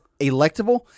electable